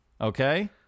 Okay